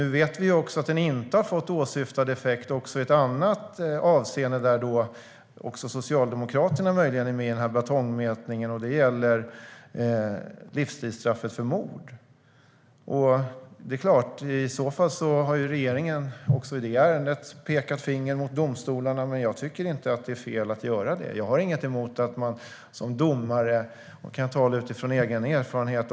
Nu vet vi dock att lagstiftningen inte har fått åsyftad effekt också i ett annat avseende där Socialdemokraterna möjligen är med i batongmätningen. Det gäller livstidsstraffet för mord. I så fall har regeringen också i det ärendet pekat finger åt domstolarna. Men jag tycker inte att det är fel att göra det. Jag har ingenting emot att domare tar initiativ. Jag kan tala utifrån egen erfarenhet.